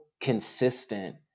consistent